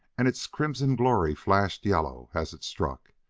and its crimson glory flashed yellow as it struck,